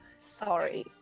Sorry